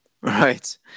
Right